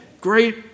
Great